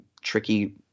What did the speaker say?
tricky